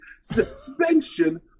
suspension